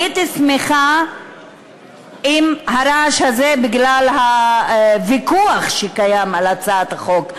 הייתי שמחה אם הרעש הזה היה בגלל הוויכוח שקיים על הצעת החוק.